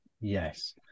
yes